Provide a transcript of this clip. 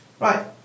Right